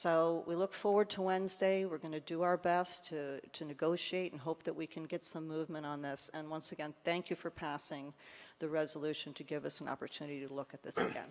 so we look forward to wednesday we're going to do our best to negotiate and hope that we can get some movement on this and once again thank you for passing the resolution to give us an opportunity to look at this again